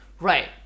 Right